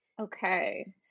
okay